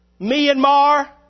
Myanmar